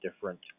different